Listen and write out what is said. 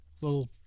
little